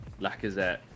Lacazette